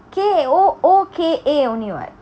K O O K A only [what]